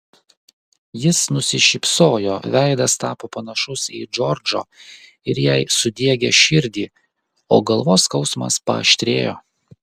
jis nusišypsojo veidas tapo panašus į džordžo ir jai sudiegė širdį o galvos skausmas paaštrėjo